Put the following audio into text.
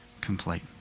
complete